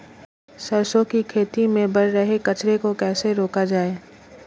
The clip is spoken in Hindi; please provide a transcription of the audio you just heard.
सरसों की खेती में बढ़ रहे कचरे को कैसे रोका जाए?